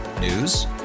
News